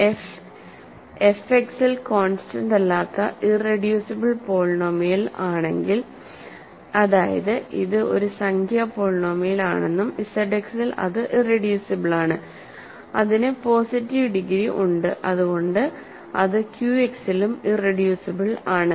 F എഫ്എക്സിൽ constant അല്ലാത്ത irreducible പോളിനോമിയലാണെങ്കിൽ അതായത് ഇത് ഒരു സംഖ്യ പോളിനോമിയലാണെന്നും ഇസഡ് എക്സിൽ അത് ഇറെഡ്യൂസിബിൾ ആണ് അതിന് പോസിറ്റീവ് ഡിഗ്രി ഉണ്ട്അതുകൊണ്ട് അത് Q X ലും ഇറെഡ്യൂസിബിൾ ആണ്